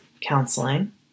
counseling